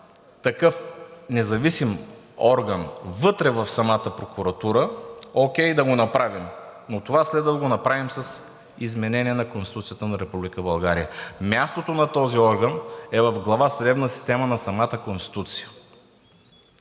такъв независим орган вътре в самата прокуратура, окей, да го направим, но това следва да го направим с измененията на Конституцията на Република България. Мястото на този орган е в Глава „Съдебна система“ на самата Конституция.